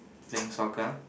playing soccer